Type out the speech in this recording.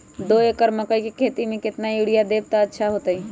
दो एकड़ मकई के खेती म केतना यूरिया देब त अच्छा होतई?